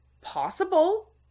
possible